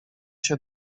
się